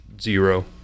Zero